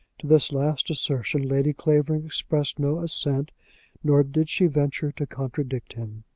to this last assertion lady clavering expressed no assent nor did she venture to contradict him.